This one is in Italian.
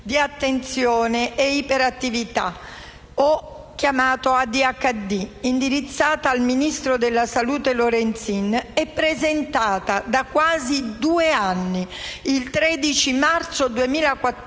di attenzione e iperattività o ADHD, indirizzata al ministro della salute Lorenzin, presentata da quasi due anni, il 13 marzo 2014,